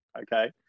okay